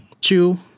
Two